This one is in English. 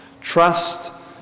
Trust